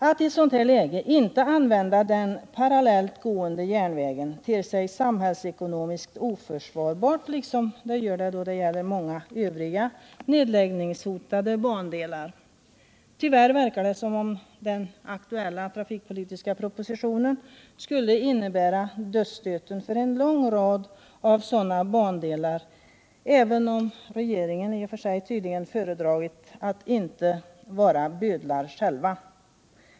Att i ett sådant läge inte använda den befintliga järnvägen ter sig samhällsekonomiskt oförsvarbart, liksom det gör det då det gäller många andra nedläggningshotade bandelar. Tyvärr verkar det som om den aktuella trafikpolitiska propositionen skulle innebära dödsstöten för en lång rad av sådana bandelar även om regeringen tydligen föredragit att inte själv agera bödel.